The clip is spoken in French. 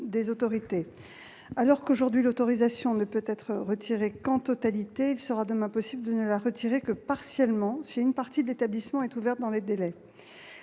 les autorités. Alors que, aujourd'hui, l'autorisation ne peut être retirée qu'en totalité, il sera demain possible de ne la retirer que partiellement si une partie de l'établissement est ouverte dans les délais.